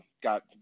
got